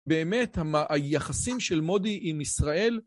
באמת היחסים של מודי עם ישראל